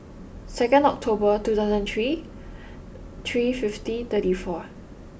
second October two thousand three three fifty thirty four